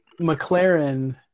McLaren